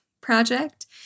project